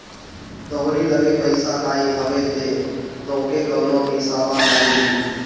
तोहरी लगे पईसा नाइ हवे तअ तोहके कवनो भी सामान नाइ मिली